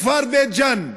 בכפר בית-ג'ן,